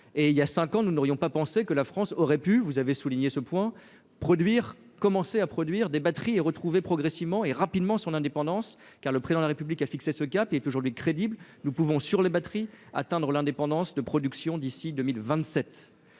et il y a 5 ans, nous n'aurions pas penser que la France aurait pu vous avez souligné ce point produire commencer à produire des batteries retrouver progressivement et rapidement son indépendance, car le prix dans la République, a fixé ce cap est aujourd'hui crédible, nous pouvons sur les batteries atteindre l'indépendance de production d'ici 2027